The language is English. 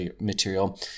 material